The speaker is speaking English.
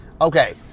Okay